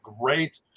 great